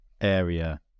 area